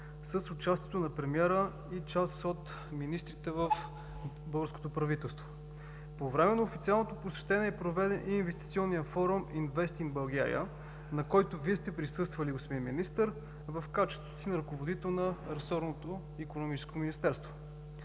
с участието на премиера и част от министрите в българското правителство. По време на официалното посещение е проведен и Инвестиционният форум „Инвест ин България”, на който Вие сте присъствали, господин Министър, в качеството си на ръководител на ресорното икономическо министерство.